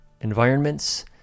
environments